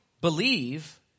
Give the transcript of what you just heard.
believe